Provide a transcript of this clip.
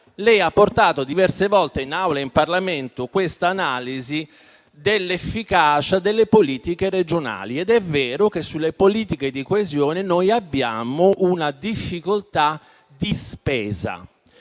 Lei ha portato diverse volte in Aula e in Parlamento l'analisi dell'efficacia delle politiche regionali ed è vero che sulle politiche di coesione noi abbiamo una difficoltà di spesa.